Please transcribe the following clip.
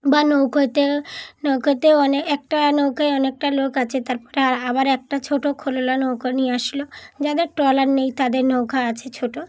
বা নৌকোতে নৌকাতে অনেক একটা নৌকায় অনেকটা লোক আছে তার পরে আবার একটা ছোট খোলা নৌকা নিয়ে আসলো যাদের ট্রলার নেই তাদের নৌকা আছে ছোট